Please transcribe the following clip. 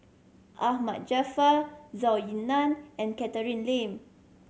Ahmad Jaafar Zhou Ying Nan and Catherine Lim